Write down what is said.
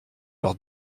leur